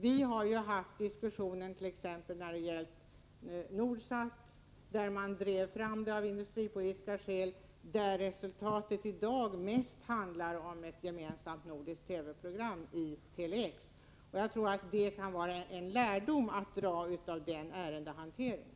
Vi har tidigare haft diskussionen om t.ex. Nordsat, som drevs fram av industripolitiska skäl. I dag handlar det mest om ett gemensamt nordiskt TV-program i Tele-X. Det kan vara en lärdom att dra av den ärendehanteringen.